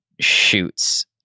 shoots